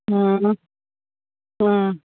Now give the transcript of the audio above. ꯎꯝ ꯎꯝ